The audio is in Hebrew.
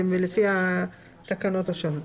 לפי התקנות השונות.